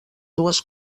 dues